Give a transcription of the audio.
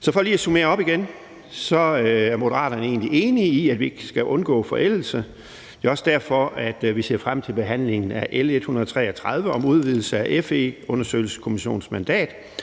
Så for lige at summere op, er Moderaterne egentlig enige i, at vi skal undgå forældelse, og det er også derfor, at vi ser frem til behandlingen af L 133 om udvidelse af FE-undersøgelseskommissionens mandat.